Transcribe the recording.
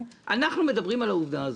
אנחנו מדברים על העובדה הזאת,